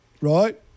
right